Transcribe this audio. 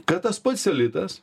kad tas pats elitas